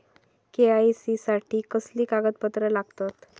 KYC साठी कसली कागदपत्र लागतत?